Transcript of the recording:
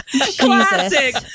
classic